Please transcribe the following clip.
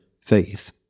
faith